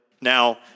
Now